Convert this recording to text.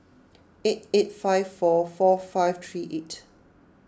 eight eight five four four five three eight